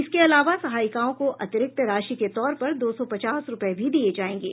इसके अलावा सहायिकाओं को अतिरिक्त राशि के तौर पर दो सौ पचास रुपये भी दिये जायेंगे